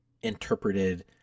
interpreted